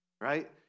right